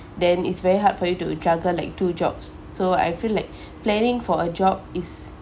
then it's very hard for you to juggle like two jobs so I feel like planning for a job is